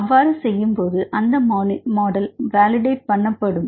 அவ்வாறு செய்யும்போது அந்த மாடல் வேலிடட் பண்ணப்படும்